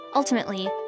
Ultimately